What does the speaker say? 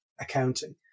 accounting